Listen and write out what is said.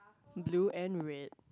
blue and red